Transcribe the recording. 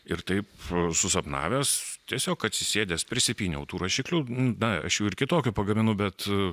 ir taip susapnavęs tiesiog atsisėdęs prisipyniau tų rašiklių na aš jų ir kitokių pagaminu bet